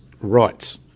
rights